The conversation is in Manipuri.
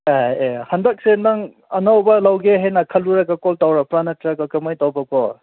ꯑꯦ ꯑꯦ ꯍꯟꯗꯛꯁꯦ ꯅꯪ ꯑꯅꯧꯕ ꯂꯧꯒꯦ ꯍꯥꯏꯅ ꯈꯜꯂꯨꯔꯒ ꯀꯣꯜ ꯇꯧꯔꯛꯄ꯭ꯔꯥ ꯅꯠꯇ꯭ꯔꯒ ꯀꯃꯥꯏꯅ ꯇꯧꯕꯀꯣ